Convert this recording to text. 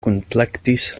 kunplektis